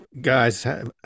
guys